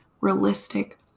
realistic